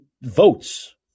votes